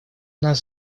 нас